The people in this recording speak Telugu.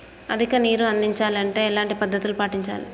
అధిక నీరు అందించాలి అంటే ఎలాంటి పద్ధతులు పాటించాలి?